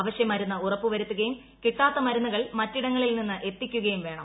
അവശ്യമരുന്ന് ഉറപ്പുവരുത്തുകയും കിട്ടാത്ത മരുന്നുകൾ മറ്റിടങ്ങളിൽ നിന്ന് എത്തിക്കുകയും വേണം